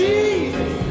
Jesus